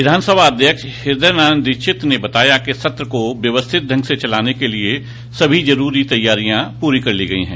विधानसभा अध्यक्ष हृदय नारायण दीक्षित ने बताया कि सत्र को व्यवस्थित ढंग से चलाने के लिये सभी जरूरी तैयारियां कर ली गई है